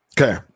okay